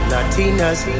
Latinas